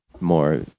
more